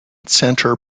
center